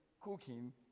cooking